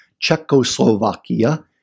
Czechoslovakia